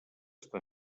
està